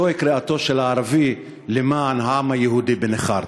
זו קריאתו של הערבי למען העם היהודי בנכר.